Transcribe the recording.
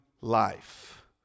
life